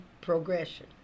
progression